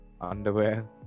underwear